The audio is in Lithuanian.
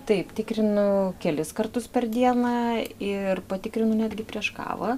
taip tikrinu kelis kartus per dieną ir patikrinu netgi prieš kavą